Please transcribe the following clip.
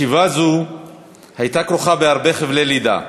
שיבה זו הייתה כרוכה בהרבה חבלי לידה,